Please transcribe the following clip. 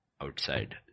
outside